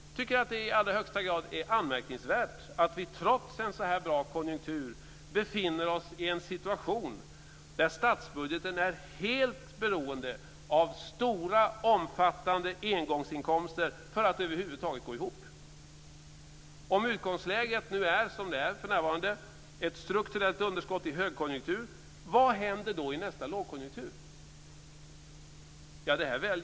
Jag tycker att det i allra högsta grad är anmärkningsvärt att vi trots en så här bra konjunktur befinner oss i en situation där statsbudgeten är helt beroende av omfattande engångsinkomster för att över huvud taget gå ihop. Om utgångsläget är som det för närvarande är, ett strukturellt underskott i högkonjunktur, vad händer då i nästa lågkonjunktur?